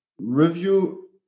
review